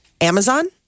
Amazon